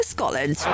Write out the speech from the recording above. Scotland